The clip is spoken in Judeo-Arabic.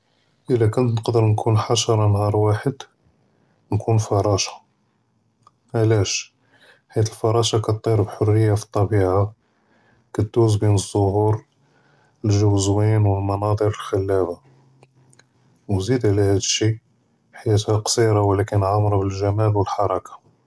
אִלָּא כּוֹנְת נְקַדֵּר נְכוּן חַשַׁרַה נְהַאר וָאחֵד כַּנְכוּן פְּרַאשָׁה, עְלַאש? חִית אֶלְפְּרַאשָׁה כַּתְטִיר בִּחְרִיַּה פֶּאלְטַבִּיעַה וּכַתְדוּז בֵּין אֶזְּהוּר, אֶלְגַ'ו זְוִין וְאֶלְמַנַאצֶ'ר חְלַאבַּה, וּזִיד עַלָּא הָאד אֶשִּׁי חְיַאתְהָא קְצִירָה וְלָכִּין עָאמְרָה בִּלְגַ'מָאל וְאֶלְחְרַכָּה.